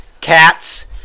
cats